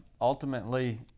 ultimately